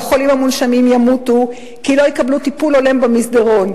והחולים המונשמים ימותו כי לא יקבלו טיפול הולם במסדרון.